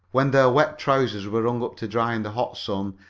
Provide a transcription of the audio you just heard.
when their wet trousers were hung up to dry in the hot sun,